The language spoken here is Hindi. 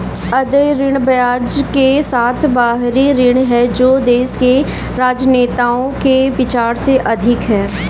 अदेय ऋण ब्याज के साथ बाहरी ऋण है जो देश के राजनेताओं के विचार से अधिक है